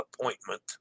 appointment